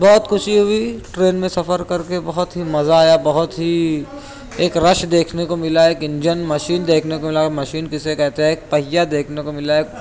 بہت خوشی ہوئی ٹرین میں سفر کر کے بہت ہی مزہ آیا بہت ہی ایک رش دیکھنے کو ملا ایک انجن مشین دیکھنے کو ملا مشین کسے کہتے ہیں ایک پہیہ دیکھنے کو ملا ایک